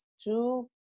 two